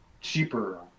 cheaper